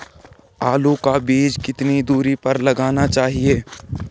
आलू का बीज कितनी दूरी पर लगाना चाहिए?